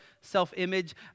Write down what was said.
self-image